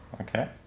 okay